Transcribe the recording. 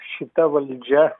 šita valdžia